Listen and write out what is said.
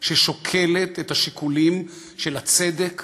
ששוקלת את השיקולים של הצדק